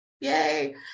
Yay